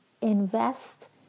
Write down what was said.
Invest